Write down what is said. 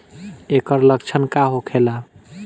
ऐकर लक्षण का होखेला?